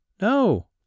No